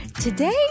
Today